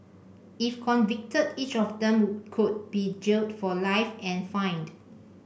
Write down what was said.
if convicted each of them could be jailed for life and fined